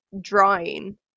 drawing